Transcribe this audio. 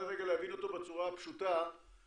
לא, רק להבין את השקף הזה בצורה הפשוטה מבחינתנו.